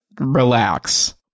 relax